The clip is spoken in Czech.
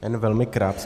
Jen velmi krátce.